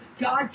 God